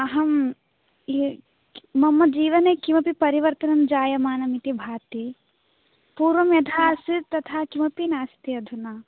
अहं मम जीवने किमपि परिवर्तनं जायमानम् इति भाति पूर्वं यथा आसीत् तथा किमपि नास्ति अधुना